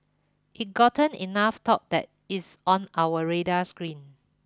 it gotten enough talk that it's on our radar screen